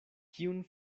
kiun